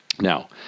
Now